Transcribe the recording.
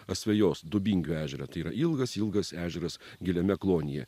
asvejos dubingių ežerą tai yra lgas ilgas ežeras giliame klonyje